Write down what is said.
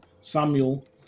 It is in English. Samuel